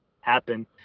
happen